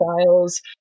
styles